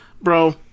bro